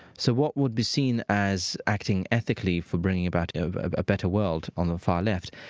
so what would be seen as acting ethically for bringing about a better world on the far left,